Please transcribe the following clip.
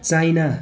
China